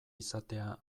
izatea